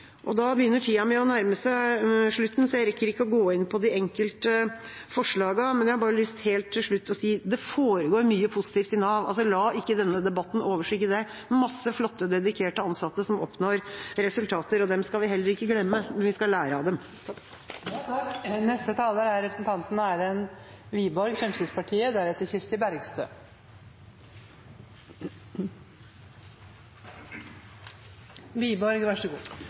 Da begynner tida mi å nærme seg slutten, så jeg rekker ikke å gå inn på de enkelte forslagene. Men jeg har helt til slutt bare lyst til å si: Det foregår mye positivt i Nav. La ikke denne debatten overskygge det. Det er masse flotte, dedikerte ansatte som oppnår resultater, og dem skal vi heller ikke glemme. Vi skal lære av dem.